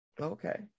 Okay